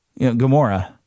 Gamora